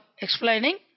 explaining